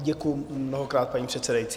Děkuji mnohokrát, paní předsedající.